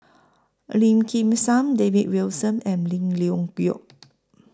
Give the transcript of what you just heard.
Lim Kim San David Wilson and Lim Leong Geok